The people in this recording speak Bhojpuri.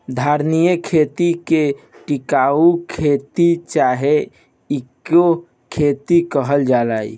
धारणीय खेती के टिकाऊ खेती चाहे इको खेती कहल जाला